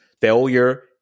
failure